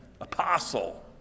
Apostle